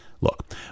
Look